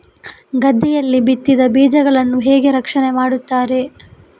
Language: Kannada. ಗದ್ದೆಯಲ್ಲಿ ಬಿತ್ತಿದ ಬೀಜಗಳನ್ನು ಹೇಗೆ ರಕ್ಷಣೆ ಮಾಡುತ್ತಾರೆ?